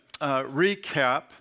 recap